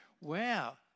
Wow